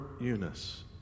Eunice